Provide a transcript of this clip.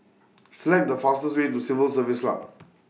Select The fastest Way to Civil Service Lamb